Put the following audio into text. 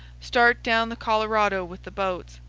start down the colorado with the boats.